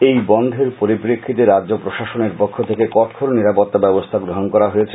এই বনধের পরিপ্রেক্ষিতে রাজ্য প্রশাসনের পক্ষ থেকে কঠোর নিরাপত্তা ব্যবস্থা গ্রহণ করা হয়েছে